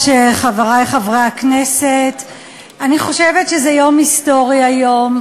חברת הכנסת זהבה גלאון ראשונה.